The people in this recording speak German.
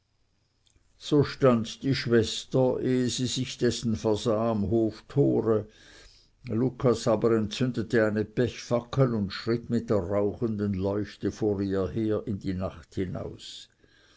so stand die schwester ehe sie sich dessen versah am hoftore lucas aber entzündete eine pechfackel und schritt mit der rauchenden leuchte vor ihr her in die nacht hinaus